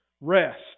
rest